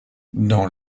dans